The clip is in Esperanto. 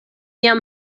jam